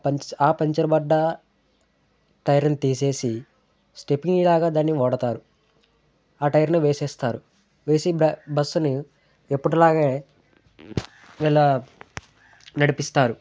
పంక్చ ఆ పంక్చర్ పడ్డ టైరుని తీసేసి స్టెపినీ లాగ దాన్ని వాడతారు ఆ టైరుని వేసేస్తారు వేసి బ బస్సుని ఎప్పుటి లాగే వీళ్ళ నడిపిస్తారు